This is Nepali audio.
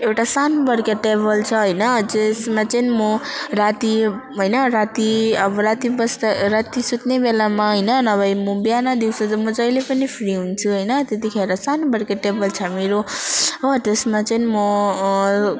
एउटा सानोबडे टेबल छ होइन जसमा चाहिँ म राति होइन राति अब राति बस्दा राति सुत्ने बेलामा होइन नभए म बिहान दिउँसो जब म जहिले पनि फ्री हुन्छु होइन त्यतिखेर सानोबडे टेबल छ मेरो हो त्यसमा चाहिँ म